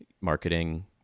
marketing